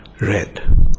red